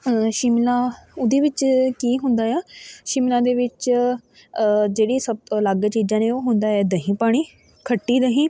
ਸ਼ਿਮਲਾ ਉਹਦੇ ਵਿੱਚ ਕੀ ਹੁੰਦਾ ਹੈ ਆ ਸ਼ਿਮਲਾ ਦੇ ਵਿੱਚ ਜਿਹੜੀ ਸਭ ਤੋਂ ਅਲੱਗ ਚੀਜ਼ਾਂ ਨੇ ਉਹ ਹੁੰਦਾ ਹੈ ਦਹੀਂ ਪਾਉਣੀ ਖੱਟੀ ਦਹੀਂ